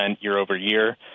year-over-year